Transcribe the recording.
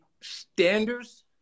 standards